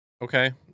Okay